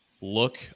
look